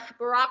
Barack